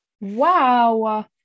Wow